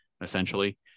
essentially